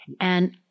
and-